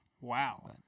Wow